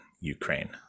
Ukraine